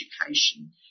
education